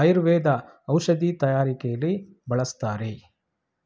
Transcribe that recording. ಆಯುರ್ವೇದ ಔಷಧಿ ತಯಾರಕೆಲಿ ಬಳಸ್ತಾರೆ